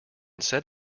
set